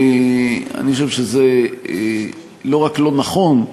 אני חושב שזה לא רק לא נכון,